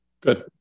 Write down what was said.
Good